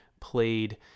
played